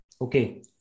Okay